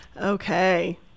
Okay